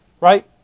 Right